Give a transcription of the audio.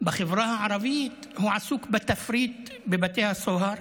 בחברה הערבית הוא עסוק בתפריט בבתי הסוהר